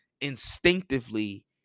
instinctively